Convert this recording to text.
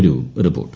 ഒരു റിപ്പോർട്ട്